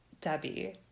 debbie